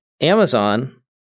Amazon